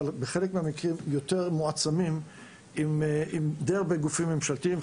אבל בחלק מהמקרים יותר מועצמים עם די הרבה גופים ממשלתיים.